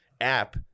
app